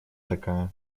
такая